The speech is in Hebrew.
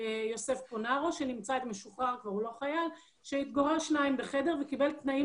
יוסף פונרו הוא כבר לא חייל שהתגורר עם עוד אחד בחדר וקיבל תנאים